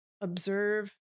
observe